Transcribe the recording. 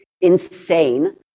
insane